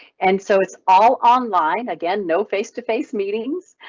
and so it's all online again, no face to face meetings.